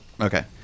Okay